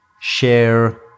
share